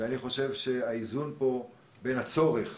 אני חושב שהאיזון פה בין הצורך